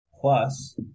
plus